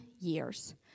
years